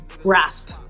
grasp